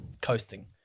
coasting